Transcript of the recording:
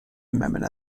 amendment